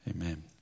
Amen